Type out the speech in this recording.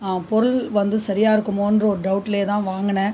பொருள் வந்து சரியாக இருக்குமா என்கிற ஒரு டவுட்டில்தான் வாங்கினேன்